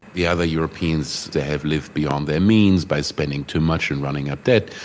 the other europeans, they have lived beyond their means by spending too much and running up debt.